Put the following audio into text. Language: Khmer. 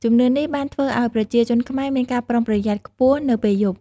ជំនឿនេះបានធ្វើឱ្យប្រជាជនខ្មែរមានការប្រុងប្រយ័ត្នខ្ពស់នៅពេលយប់។